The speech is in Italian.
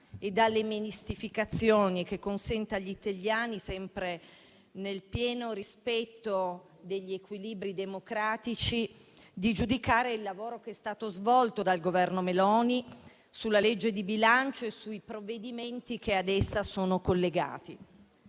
e dalle mistificazioni, che consenta agli italiani, sempre nel pieno rispetto degli equilibri democratici, di giudicare il lavoro che è stato svolto dal Governo Meloni sulla legge di bilancio e sui provvedimenti che ad essa sono collegati.